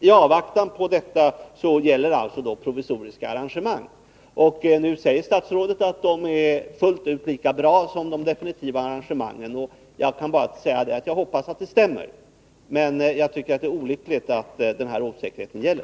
I avvaktan härpå gäller provisoriska arrangemang. Nu säger statsrådet att dessa arrangemang är fullt ut lika bra som de definitiva. Jag hoppas att det stämmer, men jag tycker att det är olyckligt att denna osäkerhet råder.